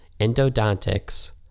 endodontics